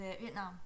Vietnam